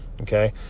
Okay